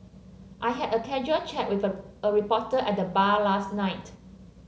I had a casual chat with a a reporter at the bar last night